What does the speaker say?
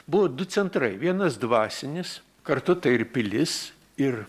buvo du centrai vienas dvasinis kartu tai ir pilis ir